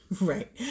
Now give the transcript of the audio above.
Right